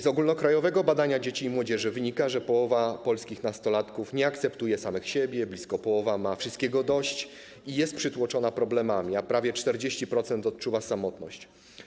Z ogólnokrajowego badania dzieci i młodzieży wynika, że połowa polskich nastolatków nie akceptuje samych siebie, blisko połowa ma wszystkiego dość i jest przytłoczona problemami, a prawie 40% odczuwa samotność.